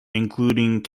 including